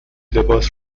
لباس